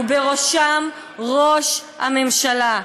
ובראשם ראש הממשלה.